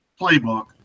playbook